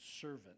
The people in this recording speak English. servant